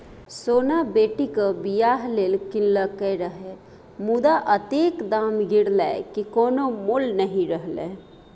सोना बेटीक बियाह लेल कीनलकै रहय मुदा अतेक दाम गिरलै कि कोनो मोल नहि रहलै